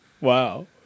Wow